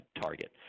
target